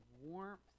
Warmth